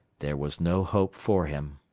there was no hope for him.